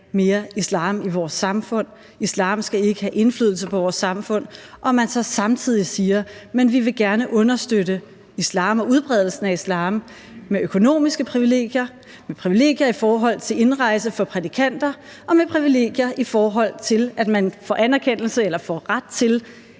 mere islam i vores samfund – islam skal ikke have indflydelse på vores samfund – og at man så på den anden side siger, at vi gerne vil understøtte islam og udbredelsen af islam med økonomiske privilegier, med privilegier i forhold til indrejse for prædikanter og med privilegier i forhold til at give ret til